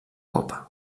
copa